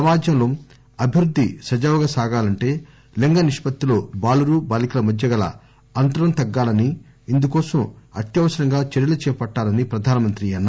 సమాజంలో అభివృద్ది సజావుగా సాగాలంటే లింగ నిష్పత్తిలో బాలురు బాలికల మధ్య గల అంతరం తగ్గాలని ఇందుకోసం అత్యవసరంగా చర్యలు చేపట్టాలని ప్రధానమంత్రి అన్నారు